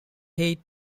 hate